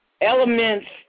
elements